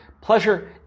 pleasure